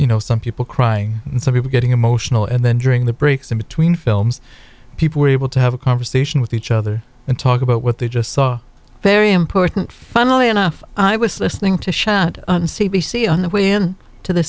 you know some people crying and some people getting emotional and then during the breaks in between films people were able to have a conversation with each other and talk about what they just saw very important funnily enough i was listening to shat on c b c on the way in to the